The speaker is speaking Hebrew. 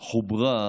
חוברה,